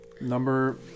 number